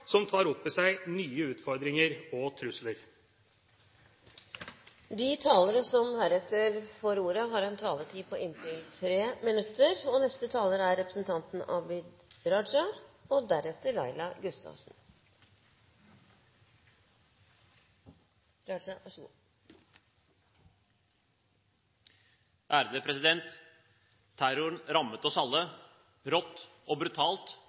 som tar opp i seg nye utfordringer og trusler. De talere som heretter får ordet, har en taletid på inntil 3 minutter. Terroren rammet oss alle rått og brutalt, uventet og uforberedt. Som nasjon gråt vi sammen, hvite som brune, kristne som muslimer, innfødte som innvandrere. Vi sto sammen, sammen i sorgen, og